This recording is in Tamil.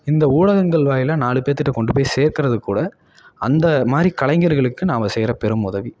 இந்த ஊடகங்கள் வாயிலாக நாலு பேத்துக்கிட்ட கொண்டு போய் சேர்க்கறதுக்குக்கூட அந்த மாதிரி கலைஞர்களுக்கு நாம் செய்கிற பெரும் உதவி